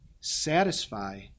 satisfy